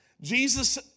Jesus